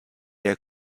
der